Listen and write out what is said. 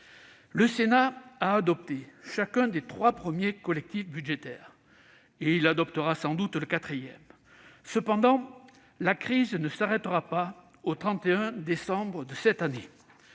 Le Sénat a adopté chacun des trois premiers collectifs budgétaires ; il adoptera sans doute le quatrième. Cependant, la crise ne s'arrêtera pas au 31 décembre de cette année.